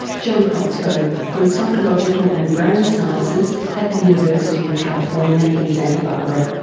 john protzko from psychological and brain sciences at the university of california in santa barbara.